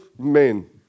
men